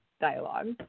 dialogue